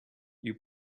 you